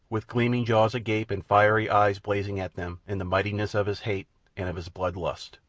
with gleaming jaws agape and fiery eyes blazing at them in the mightiness of his hate and of his blood lust.